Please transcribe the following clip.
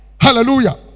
Hallelujah